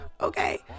okay